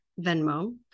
Venmo